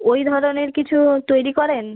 ওই ধরনের কিছু তৈরি করেন